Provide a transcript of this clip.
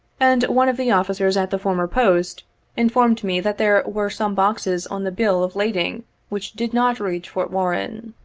and one of the officers at the former post in formed me that there were some boxes on the bill of lading which did not reach fort warren.